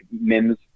Mims